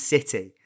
City